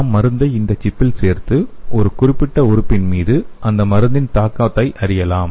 நாம் மருந்தை இந்த சிப்பில் சேர்த்து குறிப்பிட்ட உறுப்பின் மீது அந்த மருந்தின் தாக்கத்தை அறியலாம்